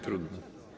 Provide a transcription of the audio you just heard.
Trudno.